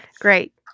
Great